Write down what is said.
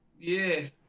Yes